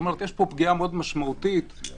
זאת אומרת, יש פה פגיעה מאוד משמעותית גם